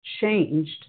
changed